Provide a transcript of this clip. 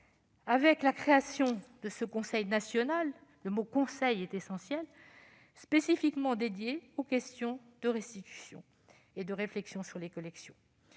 la création de ce conseil national- le mot « conseil » est essentiel -spécifiquement consacré aux questions de restitution et de réflexion sur les collections.